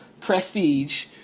prestige